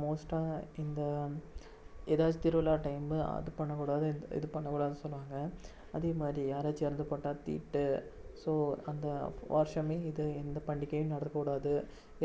மோஸ்ட்டாக இந்த எதாச்சு திருவிழா டைம்மு அது பண்ணக்கூடாது இத் இது பண்ணக்கூடாது சொல்லுவாங்க அதே மாதிரி யாராச்சு இறந்து போயிட்டா தீட்டு ஸோ அந்த வருஷமே இது எந்த பண்டிகையும் நடக்க கூடாது